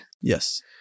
Yes